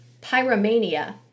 pyromania